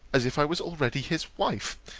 as if i was already his wife,